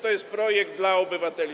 To jest projekt dla obywateli.